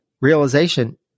realization